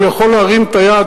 אם הוא יכול להרים את היד,